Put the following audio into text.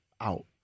out